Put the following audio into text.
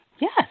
Yes